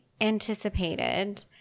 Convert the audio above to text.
anticipated